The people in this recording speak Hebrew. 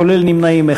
כולל נמנעים,